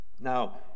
Now